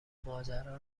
ماجرا